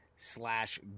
slash